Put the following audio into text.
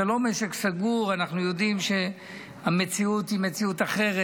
אנחנו יודעים שהמציאות היא מציאות אחרת.